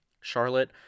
Charlotte